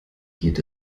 geht